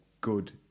good